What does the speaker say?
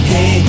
Hey